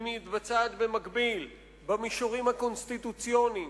היא מתבצעת במקביל במישורים הקונסטיטוציוניים,